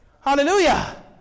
Hallelujah